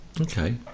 Okay